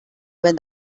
when